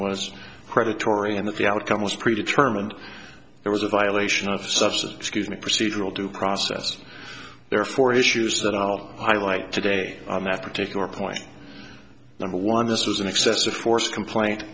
was predatory and that the outcome was pre determined it was a violation of substance excuse me procedural due process there are four issues that i'll highlight today on that particular point number one this was an excessive force complaint